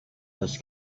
first